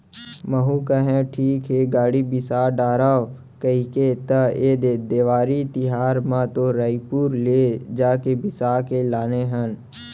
महूँ कहेव ठीक हे गाड़ी बिसा डारव कहिके त ऐदे देवारी तिहर म तो रइपुर ले जाके बिसा के लाने हन